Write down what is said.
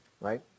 right